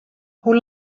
hoe